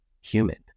human